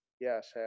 yes